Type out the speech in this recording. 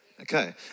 Okay